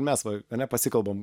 mes va ane pasikalbam